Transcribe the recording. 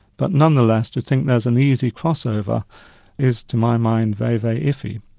but nonetheless to think there's an easy crossover is to my mind very, very iffy.